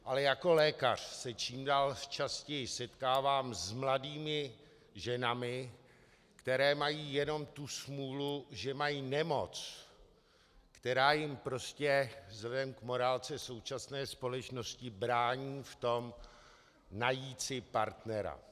Ale jako lékař se čím dál častěji setkávám s mladými ženami, které mají jenom tu smůlu, že mají nemoc, která jim prostě vzhledem k morálce současné společnosti brání v tom najít si partnera.